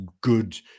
good